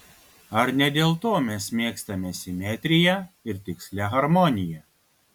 ar ne dėl to mes mėgstame simetriją ir tikslią harmoniją